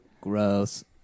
Gross